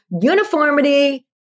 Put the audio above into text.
uniformity